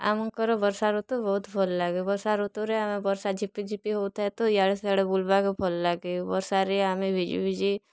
ଆମଙ୍କର ବର୍ଷା ଋତୁ ବହୁତ ଭଲ ଲାଗେ ବର୍ଷା ଋତୁରେ ଆମେ ବର୍ଷା ଝିପି ଝିପି ହଉଥାଏ ତ ଇଆଡ଼େ ସିଆଡ଼େ ବୁଲ୍ବାକେ ଭଲ୍ ଲାଗେ ବର୍ଷାରେ ଆମେ ଭିଜି ଭିଜି